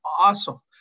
awesome